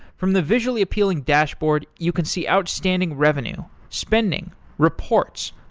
from the visually appealing dashboard, you can see outstanding revenue spending, reports,